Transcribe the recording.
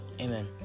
Amen